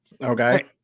Okay